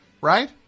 Right